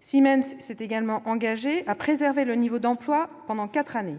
Siemens s'est également engagé à préserver le niveau d'emplois pendant quatre années.